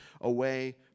away